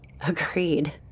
agreed